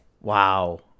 wow